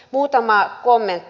muutama kommentti